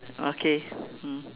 okay mm